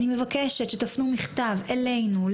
אני מבקשת שתפנו מכתב אלינו,